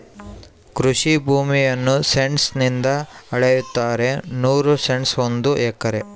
ಕೃಷಿ ಭೂಮಿಯನ್ನು ಸೆಂಟ್ಸ್ ನಿಂದ ಅಳೆಯುತ್ತಾರೆ ನೂರು ಸೆಂಟ್ಸ್ ಒಂದು ಎಕರೆ